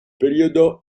periodo